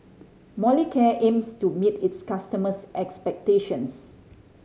Molicare aims to meet its customers' expectations